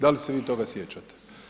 Da li se vi toga sjećate?